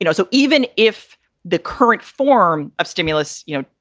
you know so even if the current form of stimulus, you know,